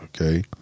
Okay